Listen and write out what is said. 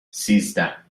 سیزده